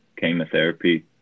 chemotherapy